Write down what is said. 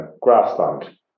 grassland